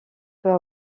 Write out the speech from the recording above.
peut